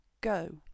go